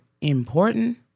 important